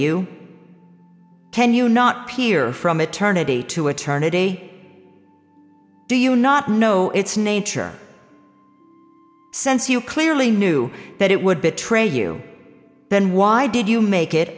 you can you not peer from eternity to eternity do you not know its nature since you clearly knew that it would betray you then why did you make it